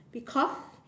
because